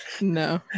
No